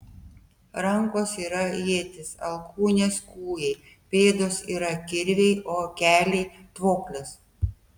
rankos yra ietys alkūnės kūjai pėdos yra kirviai o keliai tvoklės